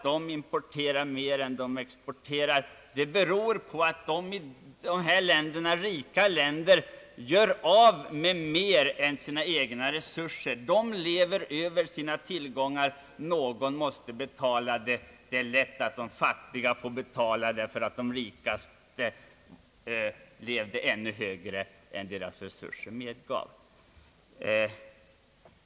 Det beror på att dessa rika länder gör av med mer än sina egna resurser. Någon måste betala, och det blir lätt så att de fattiga får betala därför att de rika levde över sina tillgångar.